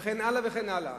וכן הלאה וכן הלאה.